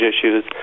issues